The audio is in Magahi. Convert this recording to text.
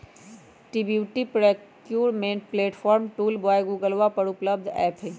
B two B procurement platform tool by गूगलवा पर उपलब्ध ऐप हई